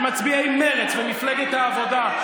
על מצביעי מרצ ומפלגת העבודה,